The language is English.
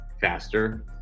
faster